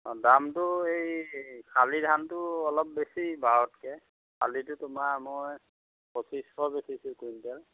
অঁ দামটো এই শালি ধানটো অলপ বেছি বাওতকে শালিটো তোমাৰ মই পঁচিছশ বেছিছোঁ কুইণ্টল